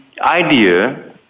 idea